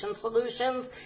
solutions